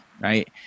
right